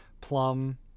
Plum